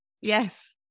Yes